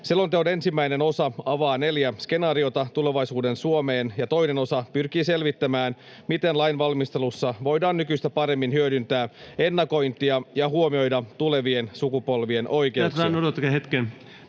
Selonteon ensimmäinen osa avaa neljä skenaariota tulevaisuuden Suomeen, ja toinen osa pyrkii selvittämään, miten lainvalmistelussa voidaan nykyistä paremmin hyödyntää ennakointia ja huomioida tulevien sukupolvien oikeuksia.